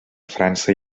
frança